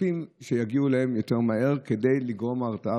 מצפים שיגיעו אליהם מהר יותר, כדי לגרום הרתעה.